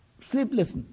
sleepless